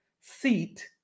seat